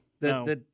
no